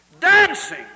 dancing